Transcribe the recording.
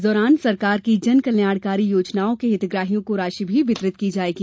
इस दौरान सरकार की कल्याणकारी योजनाओं के हितग्राहियों को राशि वितरित भी की जायेगी